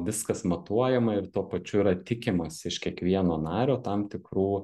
viskas matuojama ir tuo pačiu yra tikimasi iš kiekvieno nario tam tikrų